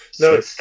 No